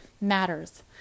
matters